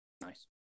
Nice